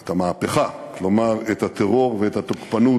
את המהפכה, כלומר את הטרור ואת התוקפנות